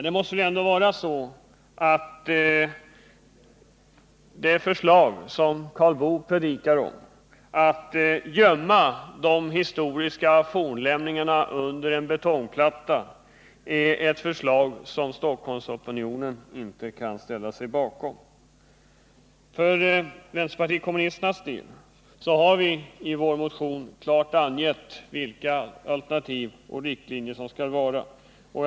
Det förslag som Karl Boo predikar för, nämligen att man skall gömma de historiska fornlämningarna under en betongplatta, är ett förslag som Stockholmsopinionen inte kan ställa sig bakom. Vänsterpartiet kommunisterna har i sin motion klart angivit vilka alternativ och riktlinjer som bör gälla.